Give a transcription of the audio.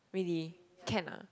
really can ah